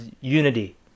unity